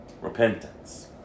Repentance